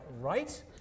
right